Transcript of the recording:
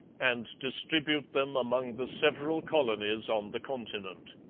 and distribute them among the several colonies on the continent.